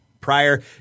prior